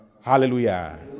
hallelujah